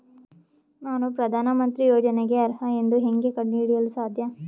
ನಾನು ಪ್ರಧಾನ ಮಂತ್ರಿ ಯೋಜನೆಗೆ ಅರ್ಹ ಎಂದು ಹೆಂಗ್ ಕಂಡ ಹಿಡಿಯಲು ಸಾಧ್ಯ?